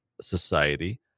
society